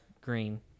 green